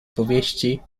powieści